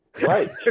Right